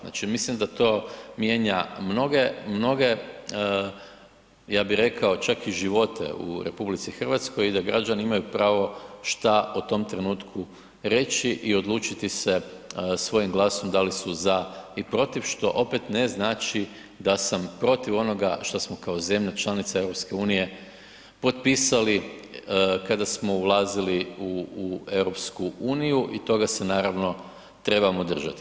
Znači mislim da to mijenja mnoge ja bih rekao čak i živote u RH i da građani imaju pravo šta o tom trenutku reći i odlučiti se svojim glasom da li su za i protiv što opet ne znači da sam protiv onoga što smo kao zemlja članica EU potpisali kada smo ulazili u EU i toga se naravno trebamo držati.